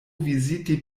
viziti